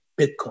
Bitcoin